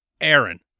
Aaron